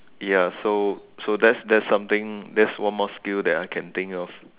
ya so so that's that's something that's one more skill that I can think of